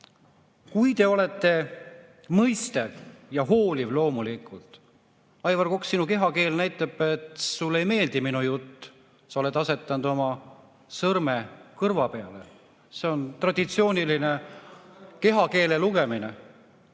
kui te olete mõistvad ja hoolivad, loomulikult. Aivar Kokk, sinu kehakeel näitab, et sulle ei meeldi minu jutt – sa oled asetanud oma sõrme kõrva peale. See on traditsiooniline kehakeele lugemine.